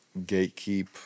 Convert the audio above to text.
gatekeep